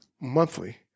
monthly